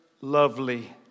lovely